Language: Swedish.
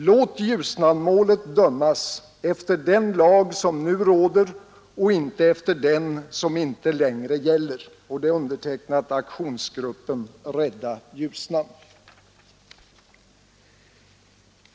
Låt Ljusnanmålet dömas efter den lag som nu råder och inte efter den som inte längre gäller.” Det är undertecknat Aktionsgruppen Rädda Ljusnan.